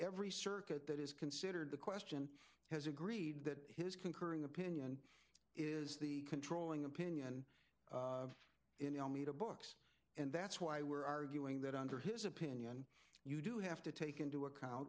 every circuit that is considered the question has agreed that his concurring opinion is the controlling opinion in elmina books and that's why we're arguing that under his opinion you do have to take into account